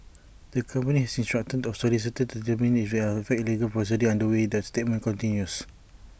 the company has instructed its solicitors to determine if there are fact legal proceedings underway the statement continues